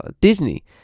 Disney